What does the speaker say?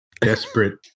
Desperate